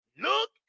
look